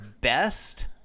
best